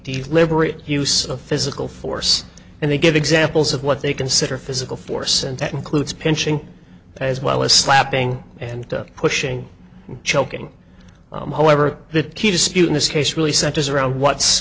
deliberate use of physical force and they give examples of what they consider physical force and that includes pinching as well as slapping and pushing choking however the key dispute in this case really centers around what's